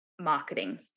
marketing